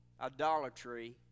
idolatry